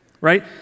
right